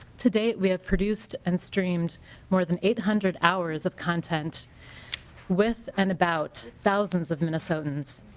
to date we've produced and streamed more than eight hundred hours of content with an about thousands of minnesotans.